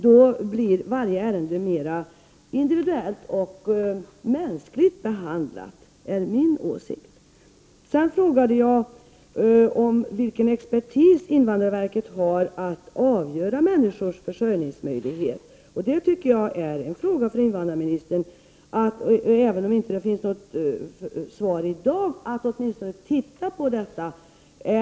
Då blir varje ärende mer individuellt och mänskligt behandlat. Det är min åsikt. Jag frågade vilken expertis invandrarverket har att avgöra människors försörjningsmöjlighet. Även om det inte finns något svar i dag anser jag att invandrarministern skall titta på denna fråga.